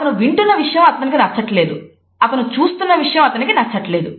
అతను వింటున్న విషయం అతనికి నచ్చట్లేదు అతను చూస్తున్న విషయం అతనికి నచ్చట్లేదు